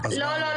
לא,